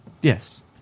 Yes